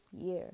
year